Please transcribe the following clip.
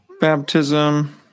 baptism